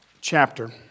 chapter